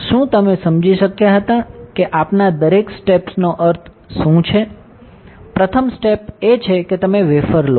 શું તમે સમજી શક્યા હતા કે આપના દરેક સ્ટેપ નો શું અર્થ છે પ્રથમ સ્ટેપ એ છે કે તમે વેફર લો